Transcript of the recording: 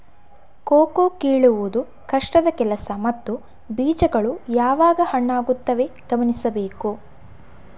cocoa ಕೀಳುವುದು ಕಷ್ಟದ ಕೆಲಸ ಮತ್ತು ಬೀಜಗಳು ಯಾವಾಗ ಹಣ್ಣಾಗುತ್ತವೆ ಗಮನಿಸಬೇಕು